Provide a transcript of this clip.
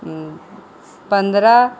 पनरह